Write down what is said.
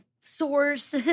source